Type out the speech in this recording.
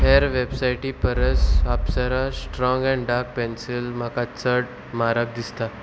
हेर वेबसायटी परस आपसरा स्ट्रोंग एण्ड डार्क पेन्सील म्हाका चड म्हारग दिसता